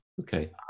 Okay